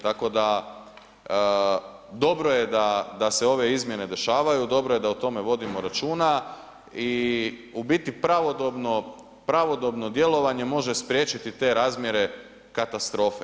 Tako da dobro je da se ove izmjene dešavaju, dobro je da o tome vodimo računa i u biti pravodobno djelovanje može spriječiti te razmjere katastrofe.